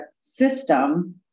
system